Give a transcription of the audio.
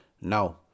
Now